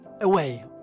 away